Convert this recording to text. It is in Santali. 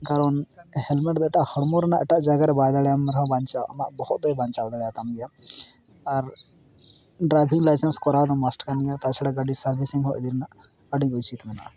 ᱠᱟᱨᱚᱱ ᱦᱮᱞᱢᱮᱴ ᱫᱚ ᱢᱤᱫᱴᱟᱝ ᱦᱚᱲᱢᱚ ᱨᱮᱱᱟᱜ ᱮᱴᱟᱜ ᱡᱟᱭᱜᱟᱨᱮ ᱵᱟᱭ ᱫᱟᱲᱮᱭᱟᱢ ᱨᱮᱦᱚᱸ ᱵᱟᱝ ᱪᱤᱠᱟᱹᱜᱼᱟ ᱟᱢᱟᱜ ᱵᱚᱦᱚᱜ ᱫᱚᱭ ᱵᱟᱧᱪᱟᱣ ᱫᱟᱲᱮᱭᱟᱛᱟᱢ ᱜᱮᱭᱟ ᱟᱨ ᱰᱨᱟᱭᱵᱷᱤᱝ ᱞᱟᱭᱥᱮᱱᱥ ᱠᱚᱨᱟᱣ ᱫᱚ ᱢᱟᱥᱴ ᱠᱟᱱ ᱜᱮᱭᱟ ᱛᱟᱪᱷᱟᱲᱟ ᱜᱟᱹᱰᱤ ᱥᱟᱨᱵᱷᱤᱥᱤᱝᱦᱚᱸ ᱤᱫᱤ ᱨᱮᱱᱟᱜ ᱟᱹᱰᱤᱜᱮ ᱩᱪᱤᱛ ᱢᱮᱱᱟᱜᱼᱟ